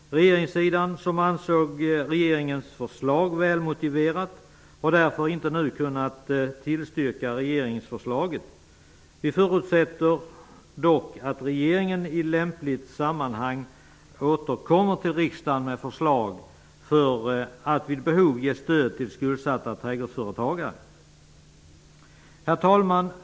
Regeringssidan, som ansåg regeringens förslag välmotiverat, har därför nu inte kunnat tillstyrka regeringsförslaget. Vi förutsätter dock att regeringen i lämpligt sammanhang återkommer till riksdagen med förslag om att det vid behov skall vara möjligt att ge stöd till skuldsatta trädgårdsföretagare. Herr talman!